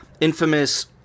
infamous